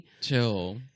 Chill